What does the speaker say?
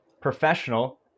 professional